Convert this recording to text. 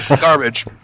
Garbage